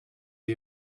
the